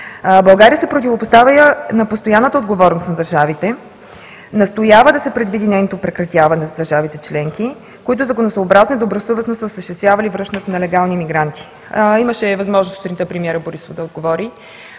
България се противопоставя на постоянната отговорност на държавите, настоява да се предвиди нейното прекратяване за държавите членки, които законосъобразно и добросъвестно са осъществявали връщането на нелегални имигранти. Имаше възможност сутринта премиерът Борисов да отговори